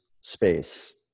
space